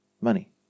money